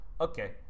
okay